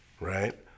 right